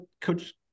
Coach